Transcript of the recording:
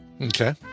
Okay